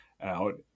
out